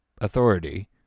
authority